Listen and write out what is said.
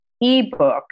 ebook